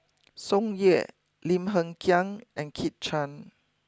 Tsung Yeh Lim Hng Kiang and Kit Chan